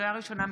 לקריאה ראשונה,